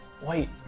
wait